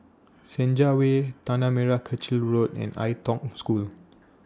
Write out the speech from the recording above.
Senja Way Tanah Merah Kechil Road and Ai Tong School